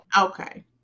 Okay